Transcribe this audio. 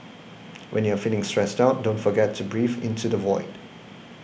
when you are feeling stressed out don't forget to breathe into the void